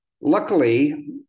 Luckily